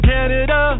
Canada